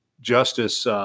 Justice